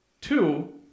Two